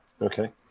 okay